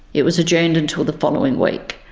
it was adjourned until the following week.